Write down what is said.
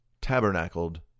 tabernacled